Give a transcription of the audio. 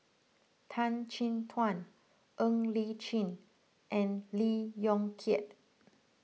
Tan Chin Tuan Ng Li Chin and Lee Yong Kiat